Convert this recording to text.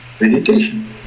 meditation